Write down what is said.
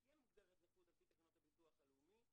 שתהיה מוגדרת נכות על פי תקנות הביטוח הלאומי,